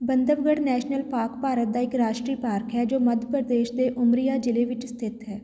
Bandhavgarh national park Bharat ਦਾ ਇੱਕ ਰਾਸ਼ਟਰੀ ਪਾਰਕ ਹੈ ਜੋ ਮੱਧ ਪ੍ਰਦੇਸ਼ ਦੇ ਉਮਰੀਆ ਜ਼ਿਲ੍ਹੇ ਵਿੱਚ ਸਥਿਤ ਹੈ